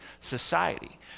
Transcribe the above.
society